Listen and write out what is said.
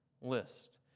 list